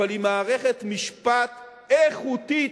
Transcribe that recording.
אבל היא מערכת משפט איכותית,